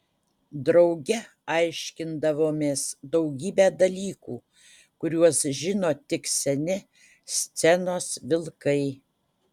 drauge aiškindavomės daugybę dalykų kuriuos žino tik seni scenos vilkai